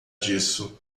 disso